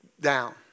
down